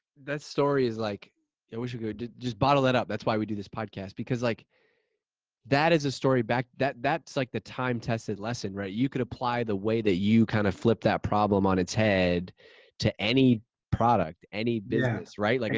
that story is like yeah we should go, just bottle that up that's why we do this podcast because, like that is a story back. that's like the time tested lesson right? you could apply the way that you kinda kind of flip that problem on its head to any product, any business right? like